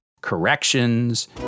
corrections